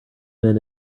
men